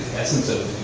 essence of